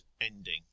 ending